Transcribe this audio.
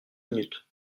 minutes